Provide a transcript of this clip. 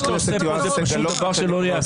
מה שאתה עושה פה זה דבר שלא ייעשה.